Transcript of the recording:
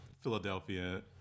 Philadelphia